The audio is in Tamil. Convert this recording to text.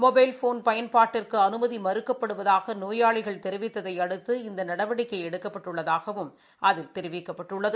மொபைல் போன் பயன்பாட்டிற்கு அனுமதி மறுக்கப்படுவதாக நோயாளிகள் தெரிவித்ததை அடுத்து இந்த நடவடிக்கை எடுக்கப்பட்டுள்ளதாகவும் அதில் தெரிவிக்கப்பட்டுளது